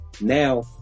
now